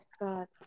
God